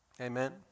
Amen